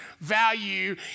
value